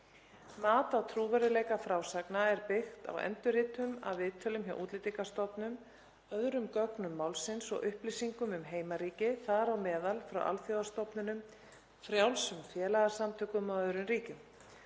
Mat á trúverðugleika frásagnar er byggt á endurritum af viðtölum hjá Útlendingastofnun, öðrum gögnum málsins og upplýsingum um heimaríki, þar á meðal frá alþjóðastofnunum, frjálsum félagasamtökum og öðrum ríkjum.